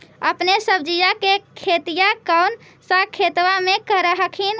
अपने सब्जिया के खेतिया कौन सा खेतबा मे कर हखिन?